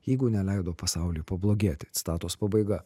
jeigu neleido pasauliui pablogėti citatos pabaiga